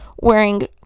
wearing